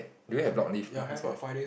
ya but ya have ah five days